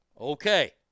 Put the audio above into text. Okay